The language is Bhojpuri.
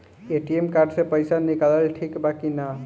ए.टी.एम कार्ड से पईसा निकालल ठीक बा की ना?